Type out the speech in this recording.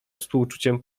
współczuciem